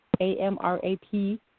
AMRAP